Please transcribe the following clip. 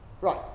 Right